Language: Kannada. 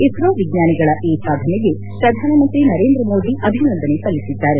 ಇಸ್ರೋ ವಿಜ್ಞಾನಿಗಳ ಈ ಸಾಧನೆಗೆ ಪ್ರಧಾನಮಂತ್ರಿ ನರೇಂದ್ರ ಮೋದಿ ಅಭಿನಂದನೆ ಸಲ್ಲಿಸಿದ್ದಾರೆ